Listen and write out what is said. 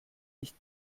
nicht